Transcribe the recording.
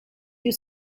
you